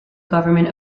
government